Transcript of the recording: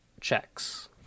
checks